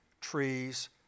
trees